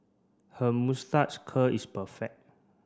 her moustache curl is perfect